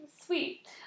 Sweet